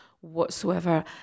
whatsoever